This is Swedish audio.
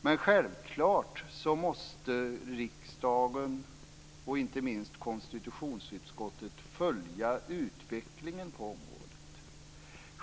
Men självfallet måste riksdagen och inte minst konstitutionsutskottet följa utvecklingen på området.